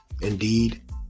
indeed